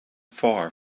far